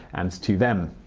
and to them.